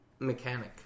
mechanic